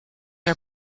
are